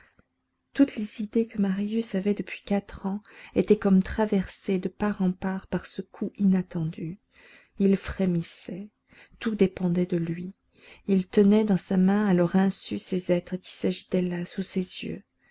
toutes les idées que marius avait depuis quatre ans étaient comme traversées de part en part par ce coup inattendu il frémissait tout dépendait de lui il tenait dans sa main à leur insu ces êtres qui s'agitaient là sous ses yeux